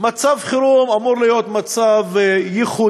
מצב חירום אמור להיות מצב ייחודי.